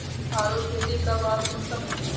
आलूर खेती कब आर कुंसम होचे?